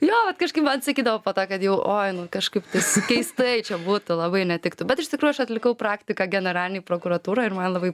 jo vat kažkaip man sakydavo po to kad jau oi nu kažkaip tais keistai čia būtų labai netiktų bet iš tikrųjų aš atlikau praktiką generalinėj prokuratūroj ir man labai